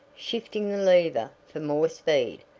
shifting the lever for more speed.